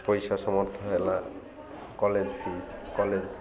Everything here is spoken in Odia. ପଇସା ସମର୍ଥ ହେଲା କଲେଜ୍ ଫିସ୍ କଲେଜ୍